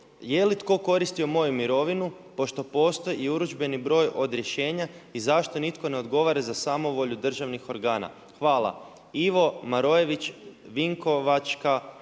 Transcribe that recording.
jeli tko koristio moju mirovinu pošto postoji urudžbeni broj od rješenja i zašto nitko ne odgovara za samovolju državnih organa? Hvala. Ivo Marojević, Vinkovačka